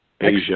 Asia